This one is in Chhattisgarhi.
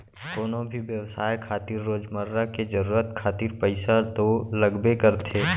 कोनो भी बेवसाय खातिर रोजमर्रा के जरुरत खातिर पइसा तो लगबे करथे